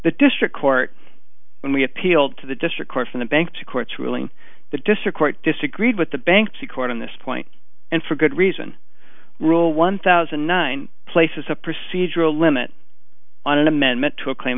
the district court when we appealed to the district court from the bank to court's ruling the district court disagreed with the bank to court on this point and for good reason rule one thousand nine places a procedural limit on an amendment to a claim